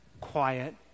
quiet